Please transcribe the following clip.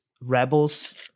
Rebels